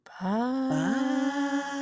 bye